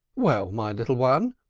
well, my little one,